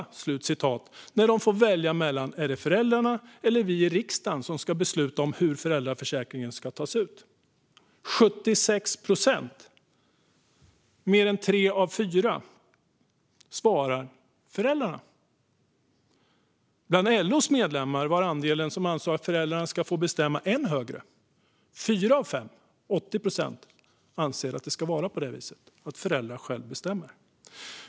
På frågan om det är föräldrarna eller riksdagen som ska bestämma hur föräldraförsäkringen ska tas ut svarade 76 procent, fler än tre av fyra, föräldrarna. Bland LO:s medlemmar var andelen ännu högre, 80 procent, eller fyra av fem.